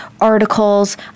articles